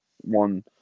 One